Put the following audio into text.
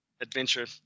adventure